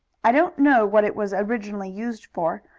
i don't know what it was originally used for,